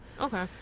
okay